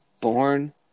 born